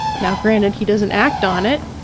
now, granted, he doesn't act on it.